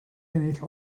ennill